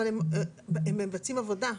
אבל הם מבצעים עבודה,